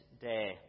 day